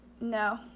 No